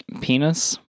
Penis